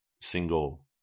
single